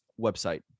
website